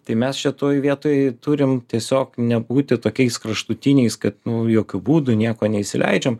tai mes šitoj vietoj turim tiesiog nebūti tokiais kraštutiniais kad nu jokiu būdu nieko neįsileidžiam